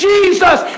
Jesus